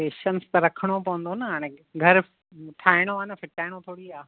patience त रखिणो पवंदो न हाणे घर ठाहिणो आहे न फिटाइणो थोरी आहे